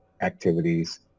activities